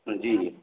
जी